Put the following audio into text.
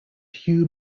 hugh